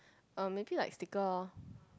um maybe like sticker orh